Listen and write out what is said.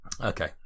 Okay